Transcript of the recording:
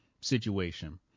Situation